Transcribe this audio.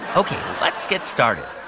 ok. let's get started.